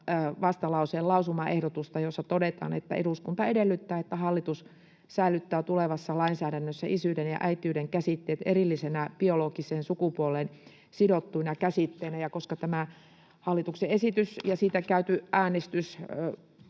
vastalauseen lausumaehdotusta, jossa todetaan: ”Eduskunta edellyttää, että hallitus säilyttää tulevassa lainsäädännössä isyyden ja äitiyden käsitteet erillisinä, biologiseen sukupuoleen sidottuina käsitteinä.” Koska tämä hallituksen esitys ja pykälävaihtoehdoista